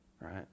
right